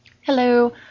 Hello